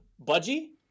Budgie